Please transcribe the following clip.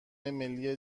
ملی